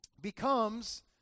becomes